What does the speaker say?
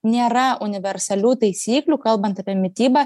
nėra universalių taisyklių kalbant apie mitybą